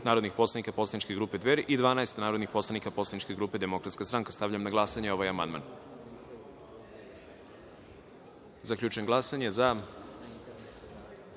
narodnih poslanik poslaničke grupe Dveri i 12 narodnih poslanika poslaničke grupe Demokratska stranka. Stavljam na glasanje ovaj amandman. Zaključujem glasanje i